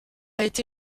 été